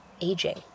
aging